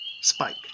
spike